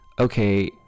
okay